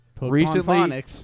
recently